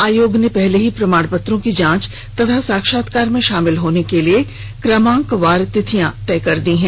आयोग ने पहले ही प्रमाण पत्रों की जांच तथा साक्षात्कार में शामिल होने के लिए क्रमांकवार तिथियां तय कर दी हैं